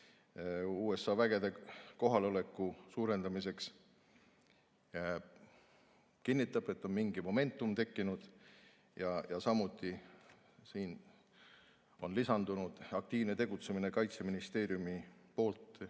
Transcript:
USA vägede kohaloleku suurendamiseks, kinnitab, et on mingi momentum tekkinud, ja samuti on lisandunud aktiivne Kaitseministeeriumi